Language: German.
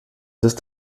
ist